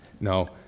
No